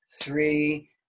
three